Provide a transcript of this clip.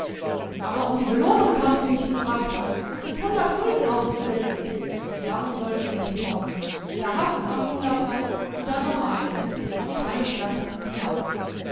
aber um die belohnung haben's mich gebracht es sind hundert gulden ausgesetzt darum sollt ihr nicht kommen da habt's an hunderter und da noch einen die scheine flatterten hinab